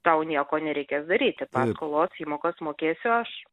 tau nieko nereikės daryti paskolos įmokas mokėsiu aš